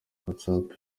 whatsapp